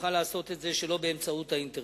יוכל לעשות את זה שלא באמצעות האינטרנט.